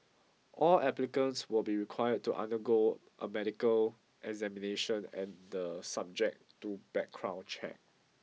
all applicants will be required to undergo a medical examination and the subject to background check